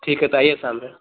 ठीक है तो आइए शाम में